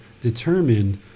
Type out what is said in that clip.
determined